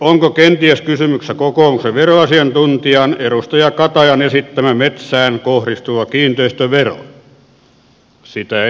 onko kenties kysymyksessä kokoomuksen veroasiantuntijan edustaja katajan esittämä metsään kohdistuva kiinteistövero sitä en tiedä